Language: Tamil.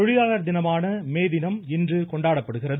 தொழிலாளர் தினமான மே தினம் இன்று கொண்டாடப்படுகிறது